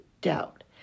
doubt